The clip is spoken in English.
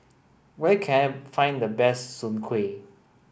where can I find the best Soon Kway